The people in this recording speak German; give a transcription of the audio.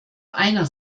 einer